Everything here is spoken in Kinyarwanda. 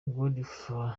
godefroid